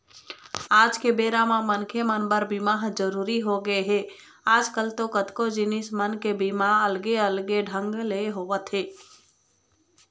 आज के बेरा म मनखे मन बर बीमा ह जरुरी होगे हे, आजकल तो कतको जिनिस मन के बीमा अलगे अलगे ढंग ले होवत हे